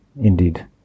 indeed